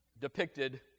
depicted